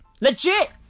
Legit